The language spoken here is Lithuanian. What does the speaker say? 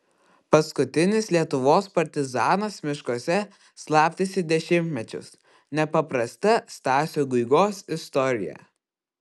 paskutinis lietuvos partizanas miškuose slapstėsi dešimtmečius nepaprasta stasio guigos istorija